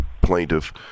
plaintiff